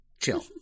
Chill